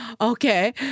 Okay